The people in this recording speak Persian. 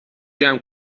جمع